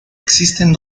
existen